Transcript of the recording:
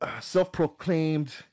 self-proclaimed